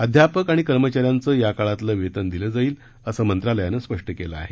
अध्यापक आणि कर्मचाऱ्यांचं या काळातलं वेतन दिलं जाईल असं मंत्रालयानं स्पष्ट केलं आहे